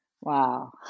Wow